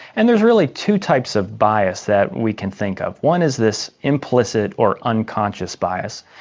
and there's really two types of bias that we can think of. one is this implicit or unconscious bias,